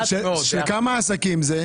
של כמה עסקים?